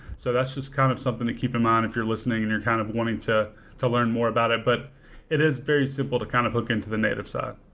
so that's just kind of something to keep in mind if you're listening and you're kind of wanting to to learn more about it. but it is very simple to kind of hook into the native side.